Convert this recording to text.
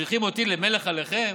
משחים אתי למלך עליכם